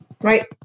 Right